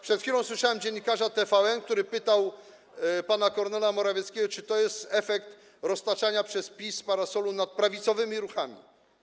Przed chwilą słyszałem dziennikarza TVN, który pytał pana Kornela Morawieckiego, czy to jest efekt roztaczania przez PiS parasola nad prawicowymi ruchami.